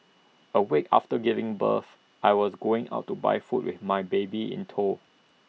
A week after giving birth I was going out to buy food with my baby in tow